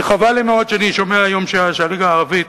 כי חבל לי מאוד שאני שומע היום שהליגה הערבית